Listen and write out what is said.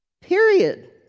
Period